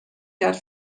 کرد